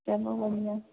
चलो बढ़िया है